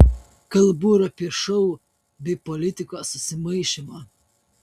kalbu ir apie šou bei politikos susimaišymą